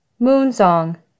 Moonsong